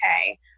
okay